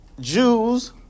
Jews